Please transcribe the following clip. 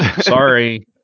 Sorry